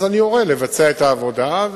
אז אורה לבצע את העבודה,